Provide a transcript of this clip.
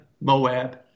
Moab